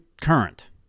current